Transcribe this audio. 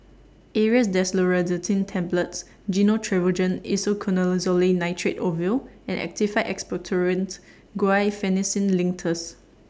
Aerius DesloratadineTablets Gyno Travogen Isoconazole Nitrate Ovule and Actified Expectorant Guaiphenesin Linctus